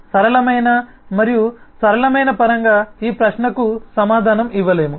సరళమైన మరియు సరళమైన పరంగా ఈ ప్రశ్నకు సమాధానం ఇవ్వలేము